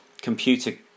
computer